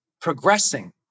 progressing